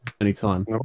Anytime